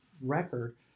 record